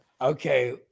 Okay